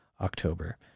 October